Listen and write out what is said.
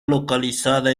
localizada